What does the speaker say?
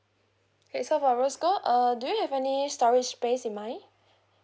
okay so for rose gold err do you have any storage space in mind